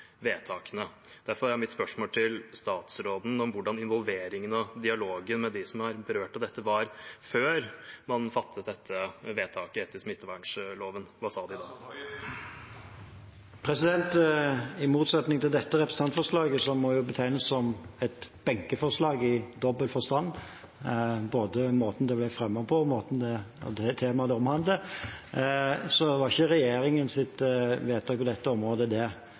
Derfor er mitt spørsmål til statsråden: Hvordan var involveringen og dialogen med dem som er berørt av dette, før man fattet dette vedtaket etter smittevernloven? Hva sa de? I motsetning til dette representantforslaget, som må betegnes som et benkeforslag i dobbelt forstand, med tanke på både måten det ble fremmet på, og temaet det omhandler, var ikke regjeringens vedtak på dette området det.